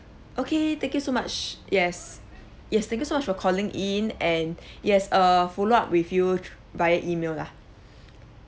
okay thank you so much yes yes thank you so much for calling in and yes err follow up with you th~ via email lah